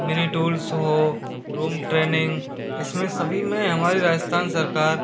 mini tools हों room training इसमें सभी में हमारी राजस्थान सरकार